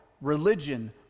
religion